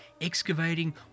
excavating